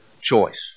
choice